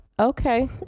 Okay